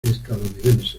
estadounidense